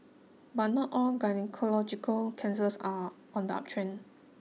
but not all gynaecological cancers are on the uptrend